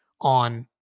on